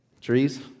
Trees